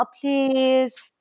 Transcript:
please